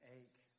ache